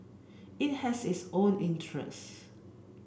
it has its own interest